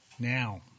now